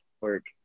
work